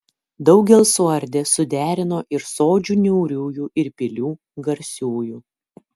daugel suardė suderino ir sodžių niauriųjų ir pilių garsiųjų